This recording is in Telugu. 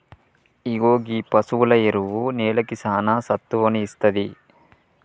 ఇగో గీ పసువుల ఎరువు నేలకి సానా సత్తువను ఇస్తాది